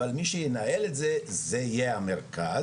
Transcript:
אבל מי שינהל את זה זה יהיה המרכז.